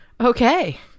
Okay